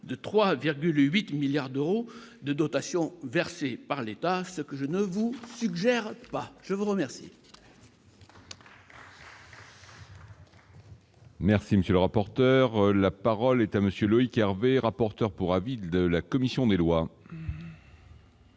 de 3,8 milliards d'euros de dotations versées par l'État, ce que je ne vous suggère pas, je vous remercie. Merci, monsieur le rapporteur, la parole est à monsieur Loïc Hervé, rapporteur pour avis de la commission des lois.